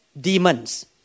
demons